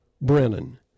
Brennan